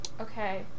Okay